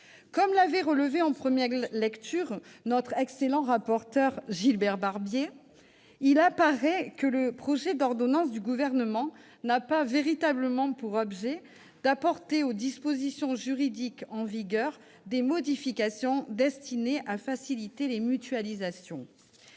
Comme l'avait relevé en première lecture notre excellent rapporteur, Gilbert Barbier, « il apparaît que le projet d'ordonnance du Gouvernement n'a pas véritablement pour objet d'apporter aux dispositions juridiques en vigueur des modifications destinées à faciliter les mutualisations.